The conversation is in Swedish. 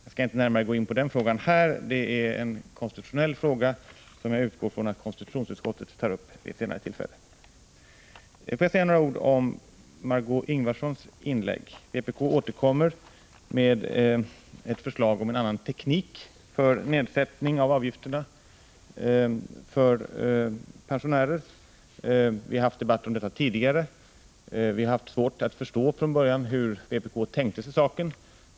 Jag skall inte närmare gå in på den frågan här — det är en konstitutionell fråga som jag utgår från att konstitutionsutskottet tar upp vid ett senare tillfälle. Får jag säga några ord om Margö Ingvardssons inlägg. Vpk återkommer med ett förslag om en annan teknik för nedsättning av avgifterna för pensionärer. Vi har haft debatter om detta tidigare, och det var från början svårt att förstå hur vpk-arna tänkte sig saken.